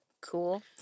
cool